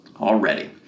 already